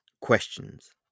Questions